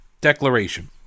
declaration